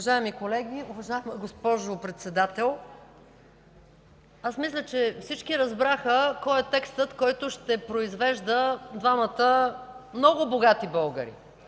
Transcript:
Уважаеми колеги, уважаема госпожо Председател! Аз мисля, че всички разбраха кой е текстът, който ще произвежда двамата много богати българи,